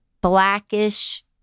blackish